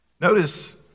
Notice